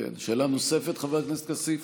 שאלה נוספת, חבר הכנסת כסיף?